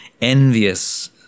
envious